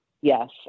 yes